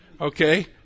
Okay